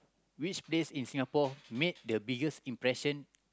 which place in Singapore made the biggest impression